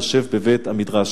יושב בבית-המדרש.